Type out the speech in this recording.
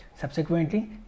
Subsequently